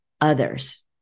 others